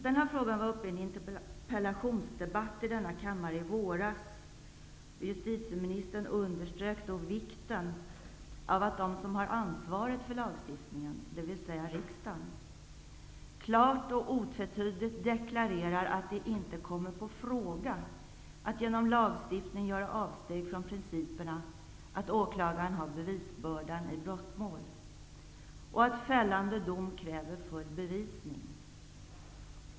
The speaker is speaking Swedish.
Den här frågan togs upp i en interpellationsdebatt i denna kammare i våras, och justitieministern underströk då vikten av att de som har ansvaret för lagstiftningen, dvs. vi i riksdagen, klart och otvetydigt deklarerar att det inte kommer på fråga att genom lagstiftning göra avsteg från principerna att åklagaren har bevisbördan i brottmål och att fällande dom kräver full bevisning.